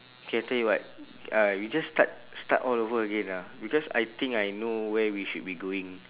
K I tell you what uh you just start start all over again ah because I think I know where we should be going